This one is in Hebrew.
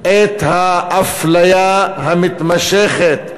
את האפליה המתמשכת.